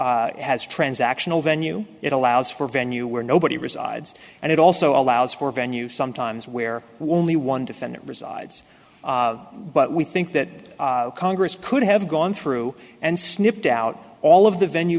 has transactional venue it allows for venue where nobody resides and it also allows for a venue sometimes where the only one defendant resides but we think that congress could have gone through and sniffed out all of the venue